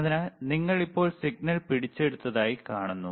അതിനാൽ നിങ്ങൾ ഇപ്പോൾ സിഗ്നൽ പിടിച്ചെടുത്തതായി കാണുന്നു